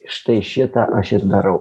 štai šitą aš ir darau